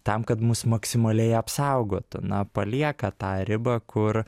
tam kad mus maksimaliai apsaugotų na palieka tą ribą kur